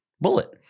bullet